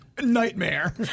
nightmare